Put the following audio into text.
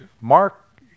Mark